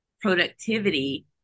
productivity